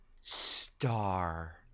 Star